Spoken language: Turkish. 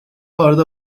arada